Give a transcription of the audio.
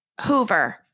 Hoover